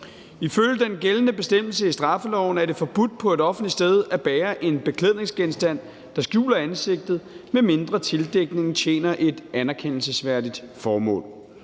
Ifølge den gældende bestemmelse i straffeloven er det forbudt på et offentligt sted at bære en beklædningsgenstand, der skjuler ansigtet, medmindre tildækningen tjener et anerkendelsesværdigt formål.